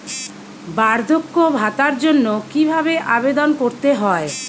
বার্ধক্য ভাতার জন্য কিভাবে আবেদন করতে হয়?